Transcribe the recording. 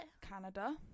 canada